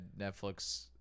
Netflix